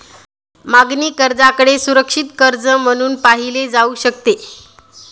मागणी कर्जाकडे सुरक्षित कर्ज म्हणून पाहिले जाऊ शकते